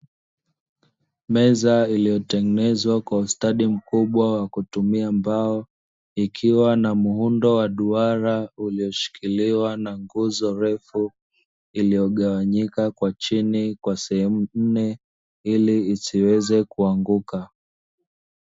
Meza iliyotengenezwa kwa ustadi mkubwa wa kutumia mbao, ikiwa na muundo wa duara iliyoshikiliwa na nguzo refu iliyogawanyika kwa chini kwa sehemu nne ili isiweze kuanguka.